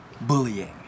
bullying